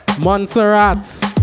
Montserrat